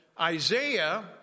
Isaiah